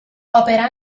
opera